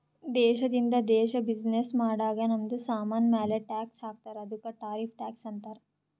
ದೇಶದಿಂದ ದೇಶ್ ಬಿಸಿನ್ನೆಸ್ ಮಾಡಾಗ್ ನಮ್ದು ಸಾಮಾನ್ ಮ್ಯಾಲ ಟ್ಯಾಕ್ಸ್ ಹಾಕ್ತಾರ್ ಅದ್ದುಕ ಟಾರಿಫ್ ಟ್ಯಾಕ್ಸ್ ಅಂತಾರ್